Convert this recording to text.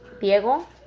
Diego